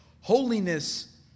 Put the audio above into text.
Holiness